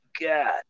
God